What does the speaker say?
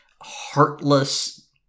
heartless